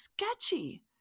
sketchy